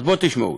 אז בואו תשמעו.